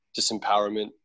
disempowerment